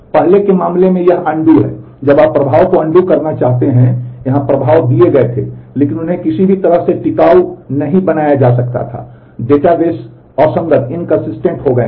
पहले के मामले में यह पूर्ववत है आप प्रभाव को अनडू हो गए हैं